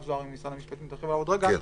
זוהרי ממשרד המשפטים תרחיב עליו עוד רגע,